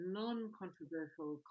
non-controversial